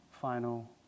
final